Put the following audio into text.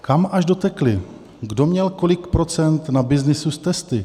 Kam až dotekly, kdo měl kolik procent na byznysu s testy?